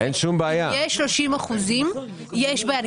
שאם יהיה 30% יש בעיה,